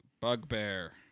bugbear